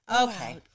Okay